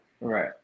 Right